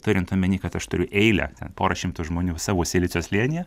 turint omeny kad aš turiu eilę porą šimtų žmonių savo silicio slėnyje